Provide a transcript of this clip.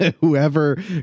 whoever